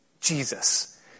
Jesus